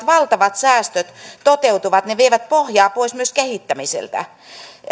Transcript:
valtavat säästöt toteutuvat ne vievät pohjaa pois myös kehittämiseltä